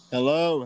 Hello